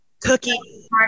Cookie